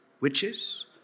witches